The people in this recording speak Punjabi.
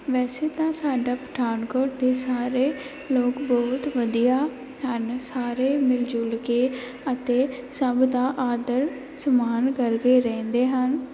ਵੈਸੇ ਤਾਂ ਸਾਡਾ ਪਠਾਨਕੋਟ ਦੇ ਸਾਰੇ ਲੋਕ ਬਹੁਤ ਵਧੀਆ ਹਨ ਸਾਰੇ ਮਿਲਜੁਲ ਕੇ ਅਤੇ ਸਭ ਦਾ ਆਦਰ ਸਨਮਾਨ ਕਰਦੇ ਰਹਿੰਦੇ ਹਨ